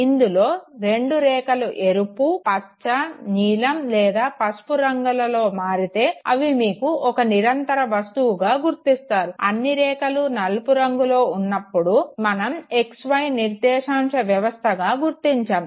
ఇందులో రెండు రేఖలు ఎరుపు పచ్చ నీలం లేదా పసుపు రంగులలో మారితే అవి మీకు ఒక నిరంతర వస్తువుగా గుర్తిస్తారు అన్నీ రేఖలు నలుపు రంగులో ఉన్నప్పుడూ మనం XY నిర్దేశంశ వ్యవస్థగా గుర్తించాము